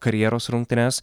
karjeros rungtynes